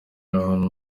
ahantu